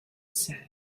said